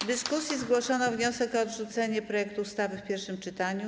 W dyskusji zgłoszono wniosek o odrzucenie projektu ustawy w pierwszym czytaniu.